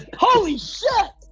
holy shit,